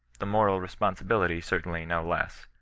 the moral responsibility certainly no less.